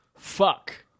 Fuck